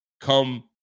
come